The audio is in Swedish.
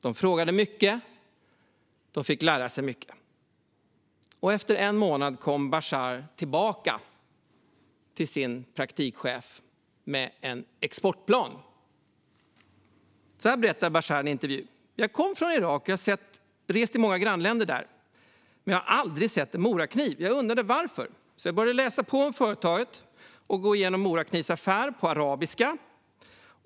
De frågade mycket, och de fick lära sig mycket. Efter en månad kom Bashar till sin praktikchef med en exportplan. Så här berättar Bashar i en intervju: "Jag kommer från Irak och har rest i många grannländer där, men hade aldrig sett en Morakniv. Jag undrade varför. Så jag började läsa på om företaget, och gå igenom Moraknivs affär, på arabiska.